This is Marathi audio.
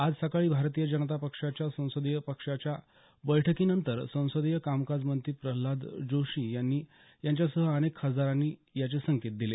आज सकाळी भारतीय जनता पक्षाच्या संसदीय पक्षाच्या बैठकीनंतर संसदीय कामकाज मंत्री प्रल्हाद जोशी यांच्यासह अनेक खासदारांनी याचे संकेत दिले